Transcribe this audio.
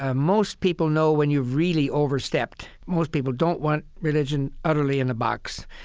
ah most people know when you've really overstepped. most people don't want religion utterly in a box.